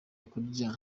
kurya